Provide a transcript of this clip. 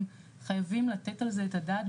חייבים לתת על זה את הדעת,